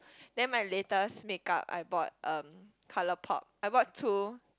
then my latest makeup I bought um Colorpop I bought two